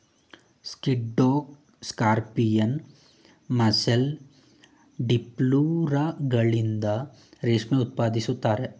ಸ್ಕಿಡ್ಡೋ scorpion, mussel, ಡಿಪ್ಲುರಗಳಿಂದ ರೇಷ್ಮೆ ಉತ್ಪಾದಿಸುತ್ತಾರೆ